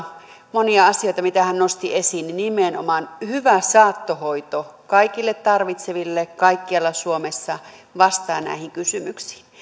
monia asioita mitä hän nosti esiin nimenomaan hyvä saattohoito kaikille tarvitseville kaikkialla suomessa vastaa näihin kysymyksiin